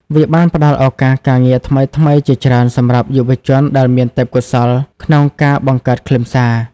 វាបានផ្តល់ឱកាសការងារថ្មីៗជាច្រើនសម្រាប់យុវជនដែលមានទេពកោសល្យក្នុងការបង្កើតខ្លឹមសារ។